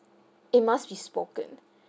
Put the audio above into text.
it must be spoken